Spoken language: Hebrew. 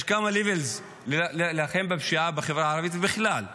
יש כמה levels להילחם בפשיעה בחברה הערבית ובכלל.